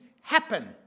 happen